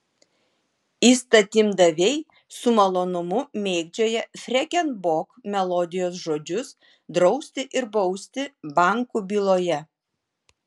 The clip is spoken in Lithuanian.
įstatymdaviai su malonumu mėgdžioja freken bok melodijos žodžius drausti ir bausti bankų byloje